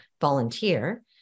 volunteer